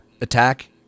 attack